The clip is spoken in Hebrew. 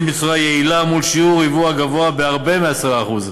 בצורה יעילה מול שיעור יבוא הגבוה בהרבה מ-10%.